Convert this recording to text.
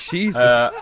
Jesus